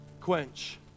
quench